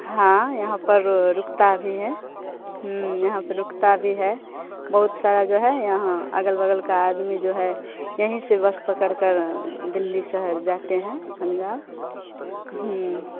हाँ यहाँ पर रुकती भी है हुँ यहाँ पर रुकती भी है बहुत सारा जो है यहाँ अगल बगल का आदमी जो है यहीं से बस पकड़कर दिल्ली शहर जाते हैं पंजाब